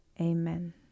amen